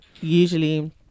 usually